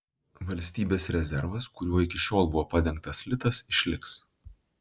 valstybės rezervas kuriuo iki šiol buvo padengtas litas išliks